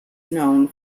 known